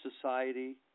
society